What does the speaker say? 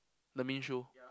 the main show